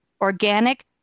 organic